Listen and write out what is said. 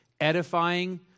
edifying